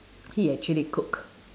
he actually cook